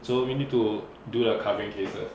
so you need to do the covering cases